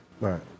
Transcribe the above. Right